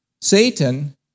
Satan